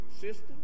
system